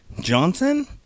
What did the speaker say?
Johnson